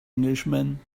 englishman